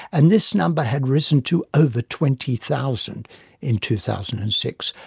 and this number had risen to over twenty thousand in two thousand and six,